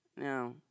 Now